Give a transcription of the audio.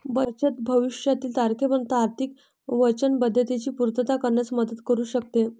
बचत भविष्यातील तारखेमध्ये आर्थिक वचनबद्धतेची पूर्तता करण्यात मदत करू शकते